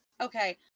Okay